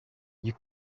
you